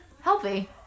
Healthy